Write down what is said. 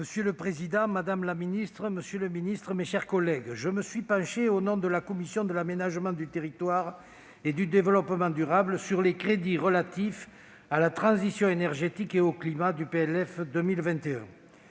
Monsieur le président, monsieur le ministre, madame la secrétaire d'État, mes chers collègues, je me suis penché, au nom de la commission de l'aménagement du territoire et du développement durable, sur les crédits relatifs à la transition énergétique et au climat du PLF 2021.